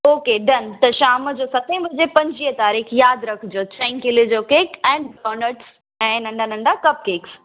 okay done त शाम जो सते बजे पंजवीह तारीख़ यादि रखिजो चईं किले जो केक ऐं डोनट्स ऐं नंढा नंढा कप केक्स